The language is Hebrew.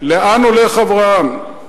לאן הולך אברהם?